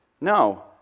No